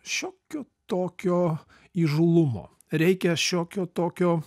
šiokio tokio įžūlumo reikia šiokio tokio